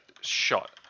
shot